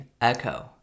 echo